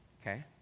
Okay